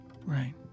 right